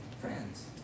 friends